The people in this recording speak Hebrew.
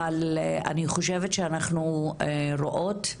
אבל אני חושבת שאנחנו רואות,